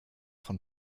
von